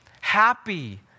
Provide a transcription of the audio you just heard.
Happy